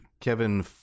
Kevin